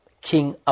King